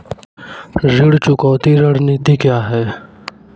ऋण चुकौती रणनीति क्या है?